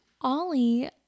Ollie